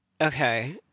Okay